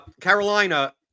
Carolina